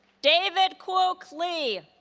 david quoc le